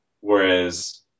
Whereas